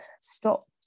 stop